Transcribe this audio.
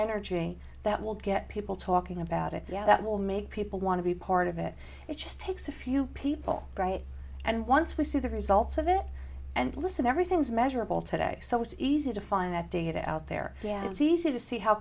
energy that will get people talking about it yeah that will make people want to be part of it it just takes a few people right and once we see the results of it and listen everything's measurable today so it's easy to find that data out there yeah it's easy to see how